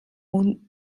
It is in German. unter